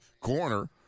corner